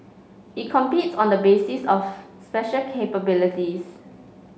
it competes on the basis of special capabilities